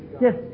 Yes